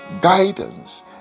guidance